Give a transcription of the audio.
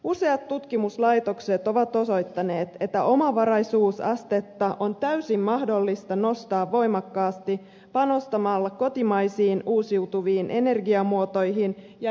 useat tutkimuslaitokset ovat osoittaneet että omavaraisuusastetta on täysin mahdollista nostaa voimakkaasti panostamalla kotimaisiin uusiutuviin energiamuotoihin ja energiatehokkuuteen